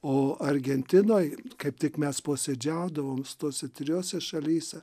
o argentinoj kaip tik mes posėdžiaudavom tose trijose šalyse